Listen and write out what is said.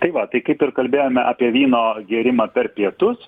tai va tai kaip ir kalbėjome apie vyno gėrimą per pietus